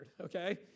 okay